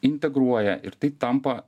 integruoja ir tai tampa